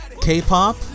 K-pop